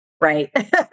right